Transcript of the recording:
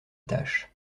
tache